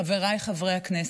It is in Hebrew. חבריי חברי הכנסת,